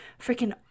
freaking